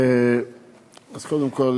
קודם כול,